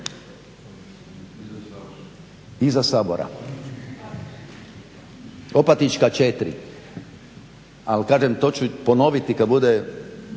izvan Sabora. Opatička 4. Ali kažem to ću ponoviti kad bude